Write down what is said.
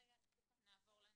את המצלמות.